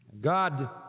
God